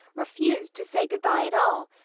refused to say good-bye at all.